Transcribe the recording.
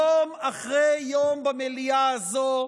יום אחרי יום במליאה הזו,